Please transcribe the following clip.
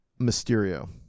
Mysterio